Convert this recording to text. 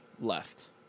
left